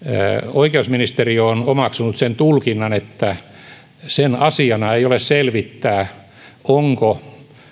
oikeusministeriö on omaksunut sen tulkinnan että sen asiana ei ole selvittää onko